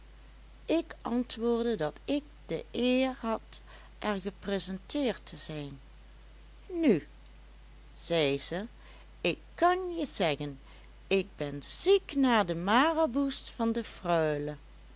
ik antwoordde dat ik de eer had er gepresenteerd te zijn nu zei ze ik kan je zeggen ik ben ziek naar de maraboe's van de